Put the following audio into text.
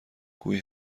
گویی